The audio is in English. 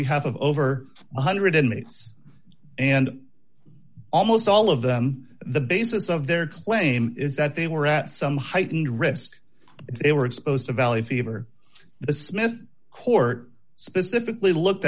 behalf of over one hundred inmates and almost all of them the basis of their claim is that they were at some heightened risk they were exposed to valley fever the smith court specifically looked